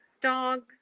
dog